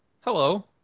Hello